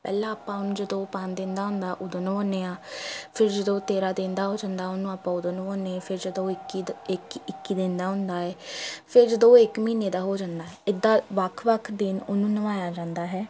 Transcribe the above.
ਪਹਿਲਾਂ ਆਪਾਂ ਉਹਨੂੰ ਜਦੋਂ ਪੰਜ ਦਿਨ ਦਾ ਹੁੰਦਾ ਉਦੋਂ ਨਹਾਉਂਦੇ ਆ ਫਿਰ ਜਦੋਂ ਉਹ ਤੇਰ੍ਹਾਂ ਦਿਨ ਦਾ ਹੋ ਜਾਂਦਾ ਉਹਨੂੰ ਆਪਾਂ ਉਦੋਂ ਨਹਾਉਂਦੇ ਫਿਰ ਜਦੋਂ ਉਹ ਇੱਕੀ ਦ ਇੱਕੀ ਇੱਕੀ ਦਿਨ ਦਾ ਹੁੰਦਾ ਏ ਫਿਰ ਜਦੋਂ ਉਹ ਇੱਕ ਮਹੀਨੇ ਦਾ ਹੋ ਜਾਂਦਾ ਇੱਦਾਂ ਵੱਖ ਵੱਖ ਦਿਨ ਉਹਨੂੰ ਨਵਾਇਆ ਜਾਂਦਾ ਹੈ